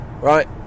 Right